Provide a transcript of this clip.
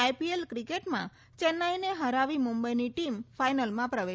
IPL ક્રિકેટમાં ચેન્નાઇને હરાવી મુંબઈની ટીમ ફાઈનલમાં પ્રવેશી